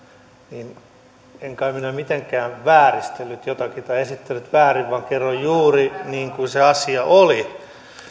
en kai minä mitenkään vääristellyt jotakin tai esittänyt väärin vaan kerroin juuri niin kuin se asia oli